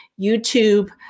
YouTube